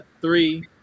Three